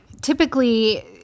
Typically